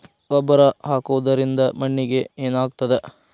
ಗೊಬ್ಬರ ಹಾಕುವುದರಿಂದ ಮಣ್ಣಿಗೆ ಏನಾಗ್ತದ?